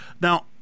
now